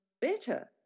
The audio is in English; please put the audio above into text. better